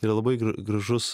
yra labai gražus